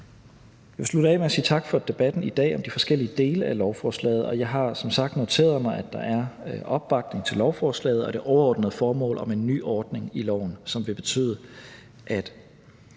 Jeg vil slutte af med at sige tak for debatten i dag om de forskellige dele af lovforslaget, og jeg har som sagt noteret mig, at der er opbakning til lovforslaget og det overordnede formål om en ny ordning i loven, som vil betyde, at